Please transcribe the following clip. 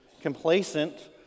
complacent